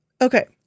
Okay